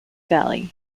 valley